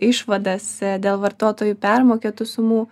išvadas dėl vartotojų permokėtų sumų